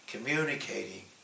communicating